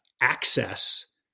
access